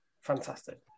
Fantastic